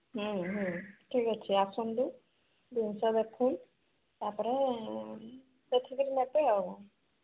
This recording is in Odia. ହୁଁ ହୁଁ ଠିକ୍ ଅଛି ଆସନ୍ତୁ ଜିନିଷ ଦେଖନ୍ତୁ ତାପରେ ଦେଖିକିରି ନେବେ ଆଉ